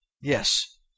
Yes